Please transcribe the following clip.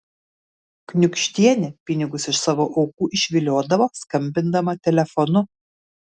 kniūkštienė pinigus iš savo aukų išviliodavo skambindama telefonu